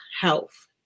health